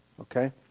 okay